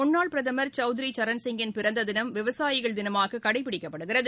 முன்னாள் பிரதமர் சவுத்ரி சரண்சிங்கின் பிறந்த தினம் விவசாயிகள் தினமாக கடைபிடிக்கப்படுகிறது